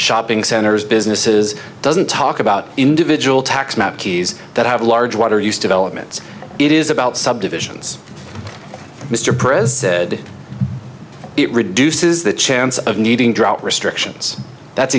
shopping centers businesses doesn't talk about individual tax map keys that have large water use developments it is about subdivisions mr president it reduces the chance of needing drought restrictions that's